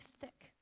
thick